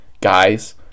guys